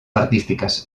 artísticas